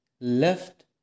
left